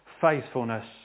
faithfulness